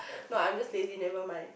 no I'm just lazy never mind